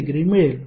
7◦ मिळेल